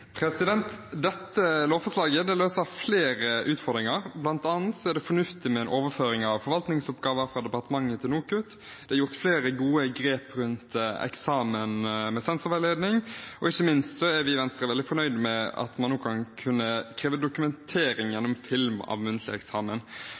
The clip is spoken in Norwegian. overføring av forvaltningsoppgaver fra departementet til NOKUT. Det er gjort flere gode grep rundt eksamen med sensorveiledning, og ikke minst er vi i Venstre veldig fornøyd med at en nå kan kreve dokumentering